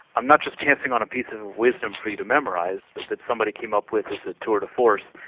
i'm not just passing on a piece of wisdom for you to memorise that somebody came up with as a tour de force,